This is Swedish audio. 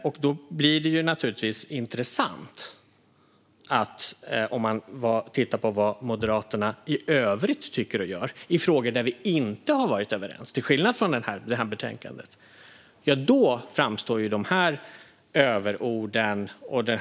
Och då blir det naturligtvis intressant att titta på vad Moderaterna tycker och gör i övrigt, det vill säga i frågor där vi - till skillnad från i detta betänkande - inte har varit överens.